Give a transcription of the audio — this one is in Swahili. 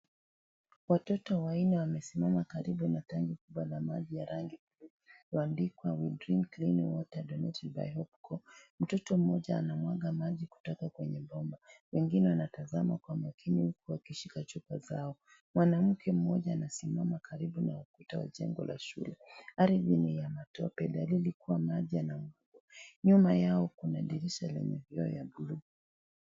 Watoto wanne wamesimama karibu na tangi kubwa la maji ya rangi imeandikwa We drink Clean water donated by Hopecore . Mtoto mmoja anamwaga maji kutoka kwenye bomba. Wengine wanatazama kwa makini wakishika chupa zao. Mwanamke mmoja anasimama karibu na kuta za jengo la shule. Nyuma yao kuna dirisha lenye vioo ya buluu.